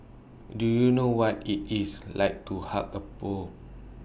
do you know what IT is like to hug A pope